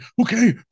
okay